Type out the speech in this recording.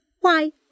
Why